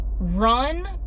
Run